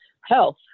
health